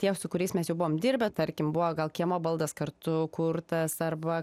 tie su kuriais mes jau buvom dirbę tarkim buvo gal kiemo baldas kartu kurtas arba